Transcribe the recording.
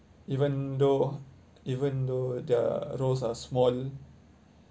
even though even though their roles are small